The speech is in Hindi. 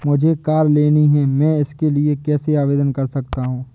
मुझे कार लेनी है मैं इसके लिए कैसे आवेदन कर सकता हूँ?